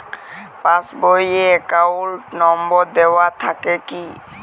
Pass বই এ account number দেওয়া থাকে কি?